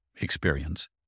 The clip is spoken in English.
experience